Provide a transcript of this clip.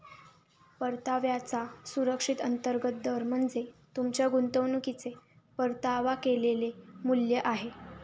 परताव्याचा सुधारित अंतर्गत दर म्हणजे तुमच्या गुंतवणुकीचे परतावा केलेले मूल्य आहे